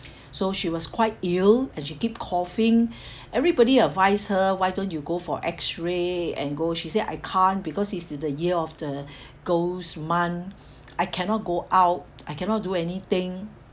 so she was quite ill and she keep coughing everybody advise her why don't you go for x-ray and go she say I can't because it's the the year of the ghost month I cannot go out I cannot do anything